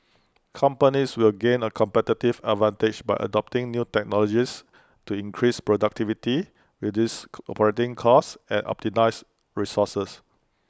companies will gain A competitive advantage by adopting new technologies to increase productivity reduce operating costs and resources